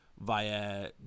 via